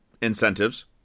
incentives